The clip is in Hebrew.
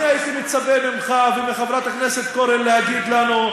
אני הייתי מצפה ממך ומחברת הכנסת קורן להגיד לנו: